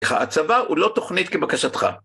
הצבא הוא לא תוכנית כבקשתך